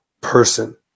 person